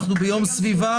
אנחנו ביום סביבה,